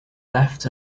left